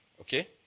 Okay